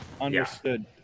Understood